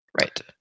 Right